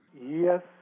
Yes